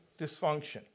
dysfunction